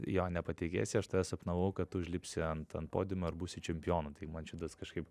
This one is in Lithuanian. jo nepatikėsi aš tave sapnavau kad užlipsi ant ant podiumo ir būsi čempionu tai man šitas kažkaip